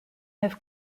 have